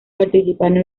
participaron